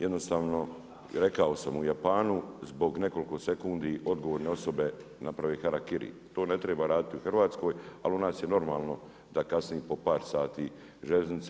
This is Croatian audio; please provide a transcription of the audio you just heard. Jednostavno, rekao sam u Japanu zbog nekoliko sekundi odgovorne osobe napravi harakiri, to ne treba raditi u Hrvatskoj ali u nas je normalno da kasni i po par sati željeznice.